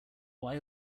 why